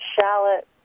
shallot